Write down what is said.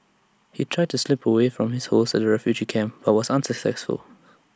he tried to slip away from his hosts at the refugee camp but was unsuccessful